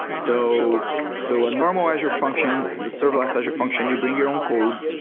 so so a normal azure function, the serverless azure function you bring your own code,